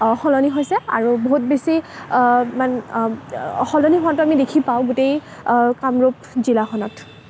সলনি হৈছে আৰু বহুত বেছি মানে সলনি হোৱাতো আমি দেখি পাওঁ গোটেই কামৰূপ জিলাখনত